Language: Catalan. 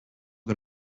que